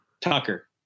Tucker